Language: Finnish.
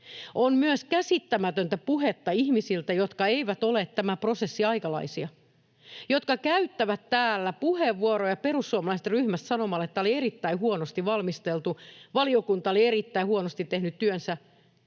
On myös käsittämätöntä puhetta ihmisiltä, jotka eivät ole tämän prosessin aikalaisia ja jotka käyttävät täällä puheenvuoroja perussuomalaisten ryhmästä sanomalla, että tämä oli erittäin huonosti valmisteltu, valiokunta oli erittäin huonosti tehnyt työnsä